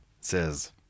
says